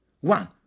One